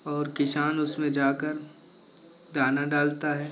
और किसान उसमें जाकर दाना डालता है